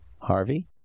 Harvey